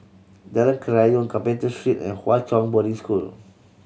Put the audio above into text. Jalan Kerayong Carpenter Street and Hwa Chong Boarding School